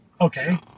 Okay